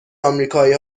آمریکایی